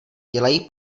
dělají